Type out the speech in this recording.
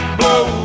blow